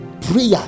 prayer